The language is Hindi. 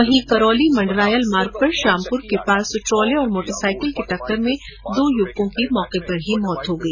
वहीं करौली मंडरायल मार्ग पर श्यामपुर के पास ट्रोले और मोटरसाइकिल की टक्कर में दों युवकों की मौके पर ही मौत हो गई